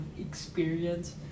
experience